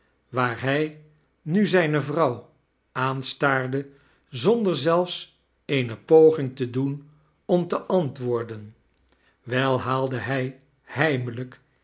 waar hij ml zijne vrouw aanstaarde zonder zelfs eerae poging te doen om te antwoorden wel haalde hij